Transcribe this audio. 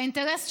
האינטרס שלנו,